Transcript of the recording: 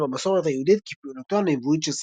מקובל במסורת היהודית כי פעילותו הנבואית של